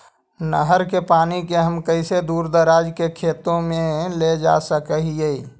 नहर के पानी के हम कैसे दुर दराज के खेतों में ले जा सक हिय?